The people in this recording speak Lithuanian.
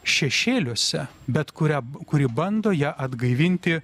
šešėliuose bet kurią kuri bando ją atgaivinti